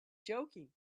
joking